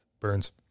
Burns